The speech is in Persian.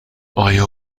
آیا